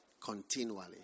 continually